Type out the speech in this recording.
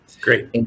Great